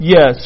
Yes